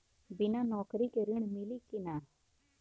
बिना नौकरी के ऋण मिली कि ना?